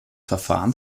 verfahren